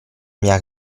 mia